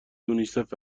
یونیسف